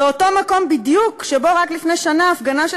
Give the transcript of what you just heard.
באותו מקום בדיוק שבו רק לפני שנה הפגנה של